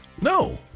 No